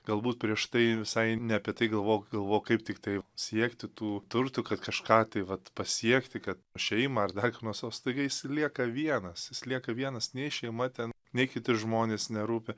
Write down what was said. galbūt prieš tai visai ne apie tai galvok galvok kaip tiktai siekti tų turtų kad kažką tai vat pasiekti kad šeimą ar dar ko nors nos staiga jis lieka vienas jis lieka vienas nei šeima ten nei kiti žmonės nerūpi